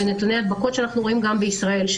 ונתוני הדבקות שאנחנו רואים גם בישראל.